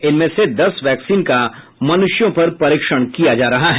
इनमें से दस वैक्सीन का मनुष्यों पर परीक्षण किया जा रहा है